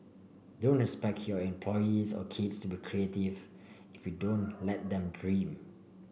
don't expect your employees or kids to be creative if you don't let them dream